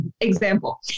example